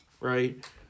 right